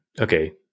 okay